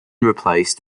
replaced